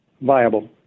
viable